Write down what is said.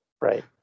Right